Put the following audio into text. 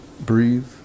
breathe